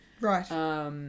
Right